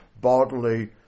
bodily